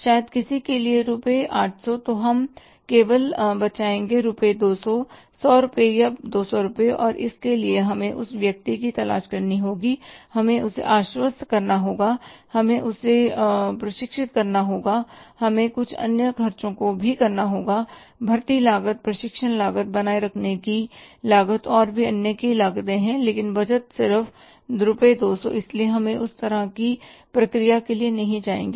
शायद किसी के लिए रु 800 तो हम केवल बचाएंगे रुपए 200 100 रुपए या 200 रुपए और इसके लिए हमें उस व्यक्ति की तलाश करनी होगी हमें उसे आश्वस्त करना होगा हमें उसे प्रशिक्षित करना होगा हमें कुछ अन्य खर्चों को भी करना होगा भर्ती लागत प्रशिक्षण लागत बनाए रखने की लागत और भी कई अन्य लागत हैं लेकिन बचत सिर्फ रु 200 इसलिए हम उस तरह की प्रक्रिया के लिए नहीं जाएंगे